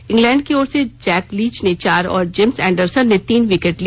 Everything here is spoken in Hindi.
इंग्लैड की ओर से जैक लीच ने चार और जेम्स एंडरसन ने तीन विकेट लिए